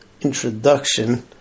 introduction